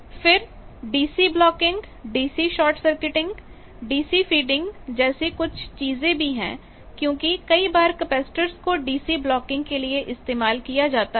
फिर DC blocking DC short circuiting DC feeding जैसे कुछ चीजें भी है क्योंकि कई बार कैपेसिटेंस को DC ब्लॉकिंग के लिए इस्तेमाल किया जाता है